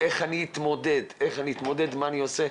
איך אני אתמודד ומה אני עושה,